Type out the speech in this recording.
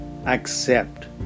accept